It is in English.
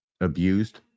abused